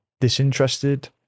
disinterested